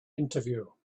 interview